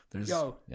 Yo